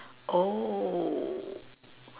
oh